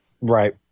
Right